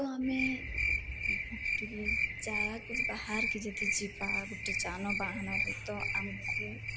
ତ ଆମେ ଗୋଟେ ଜାଗାକେ ବାହାରକେ ଯଦି ଯିବା ଗୋଟେ ଯାନବାହାନରେ ତ ଆମକୁ